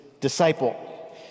disciple